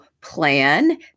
plan